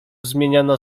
zmieniano